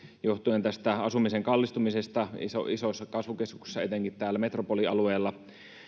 johtuen asumisen kallistumisesta isoissa kasvukeskuksissa etenkin täällä metropolialueella